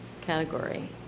category